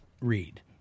read